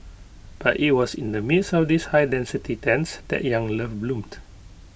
but IT was in the midst of these high density tents that young love bloomed